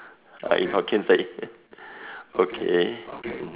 like in Hokkien say okay